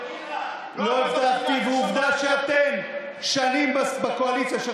עובדה שאתם שנים בקואליציה,